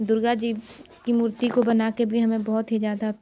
दुर्गा जी की मूर्ति को बना कर भी हमें बहुत ही ज़्यादा